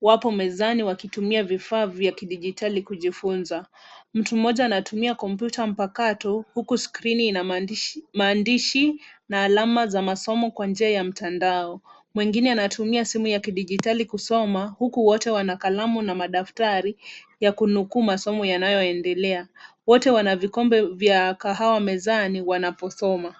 wapo mezani wakitumia vifaa vya kidijitali kujifunza. Mtu mmoja anatumia kompyuta mpakato, huku skrini ina maandishi na alama za masomo kwa njia ya mtandao. Mwingine anatumia simu ya kidijitali kusoma, huku wote wana kalamu na madaftari, ya kunukuu masomo yanayoendelea. Wote wana vikombe vya kahawa mezani, wanaposoma.